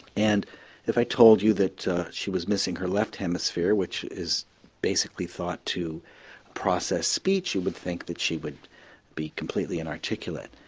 and if i told you that she was missing her left hemisphere, which is basically thought to process speech, you would think that she would be completely inarticulate.